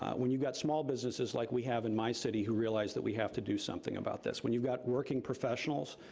ah when you've got small businesses like we have in my city who realized that we have to do something about this, when you've got working professionals,